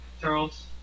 Charles